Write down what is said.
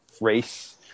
race